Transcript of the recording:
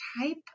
type